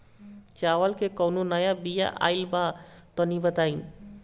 चावल के कउनो नया बिया आइल बा तनि बताइ?